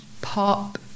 pop